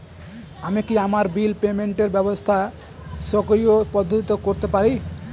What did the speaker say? আমি কি আমার বিল পেমেন্টের ব্যবস্থা স্বকীয় পদ্ধতিতে করতে পারি?